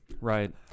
right